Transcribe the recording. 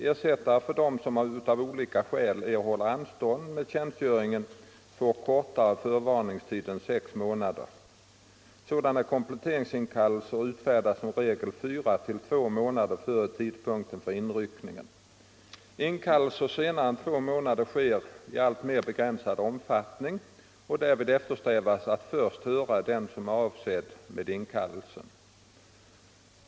Ersättare för dem som av olika skäl erhåller anstånd med tjänstgöringen får kortare förvarningstid än sex månader. Sådana kompletteringsinkallelser utfärdas som regel fyra till två månader före tidpunkten för inryckning. Inkallelser senare än två månader före inryckning sker i alltmera begränsad omfattning och härvid eftersträvas att först höra den som avses med inkallelsen.